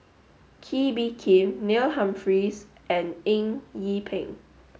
Kee Bee Khim Neil Humphreys and Eng Yee Peng